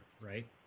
right